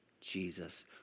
Jesus